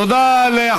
תודה, אדוני.